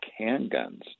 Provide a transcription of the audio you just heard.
handguns